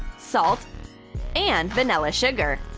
salt and vanilla sugar.